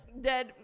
dead